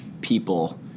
people